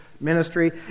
ministry